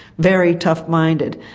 very tough minded,